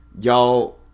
y'all